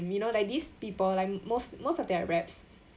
you know like these people like most most of their raps